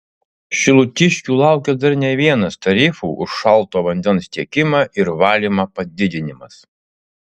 šilutiškių laukia dar ne vienas tarifų už šalto vandens tiekimą ir valymą padidinimas